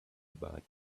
about